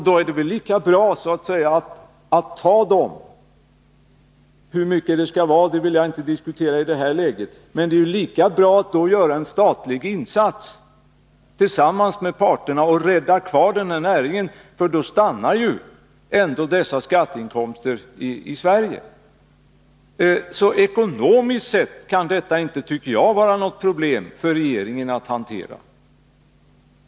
Då är det väl lika bra att ta de pengarna — hur mycket vill jag inte diskutera i detta läge — för att göra en statlig insats och tillsammans med parterna rädda kvar näringen. Då stannar ändå dessa skatteinkomster i Sverige. Ekonomiskt sett kan detta inte, enligt min uppfattning, vara något problem för regeringen att hantera.